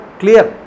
clear